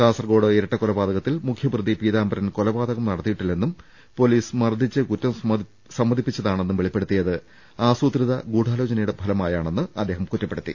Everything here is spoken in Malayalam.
കാസർകോട് ഇരട്ടക്കൊലപാതകത്തിൽ മുഖ്യപ്രതി പീതാംബരൻ കൊലപാതകം നടത്തിയിട്ടില്ലെന്നും പൊലീസ് മർദിച്ച് കുറ്റം സമ്മ തിപ്പിച്ചതാണെന്നും വെളിപ്പെടുത്തിയത് ആസൂത്രിത ഗൂഢാലോച നയുടെ ഫലമായാണെന്ന് അദ്ദേഹം കുറ്റപ്പെടുത്തി